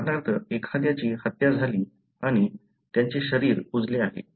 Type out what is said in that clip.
उदाहरणार्थ एखाद्याची हत्या झाली आणि त्यांचे शरीर कुजले आहे